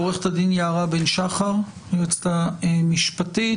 עו"ד יערה בן שחר היועצת המשפטית.